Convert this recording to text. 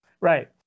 Right